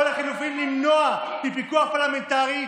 או לחלופין למנוע פיקוח פרלמנטרי,